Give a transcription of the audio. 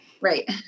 right